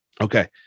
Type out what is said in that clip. Okay